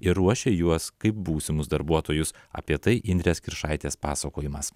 ir ruošia juos kaip būsimus darbuotojus apie tai indrės kiršaitės pasakojimas